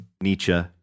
Nietzsche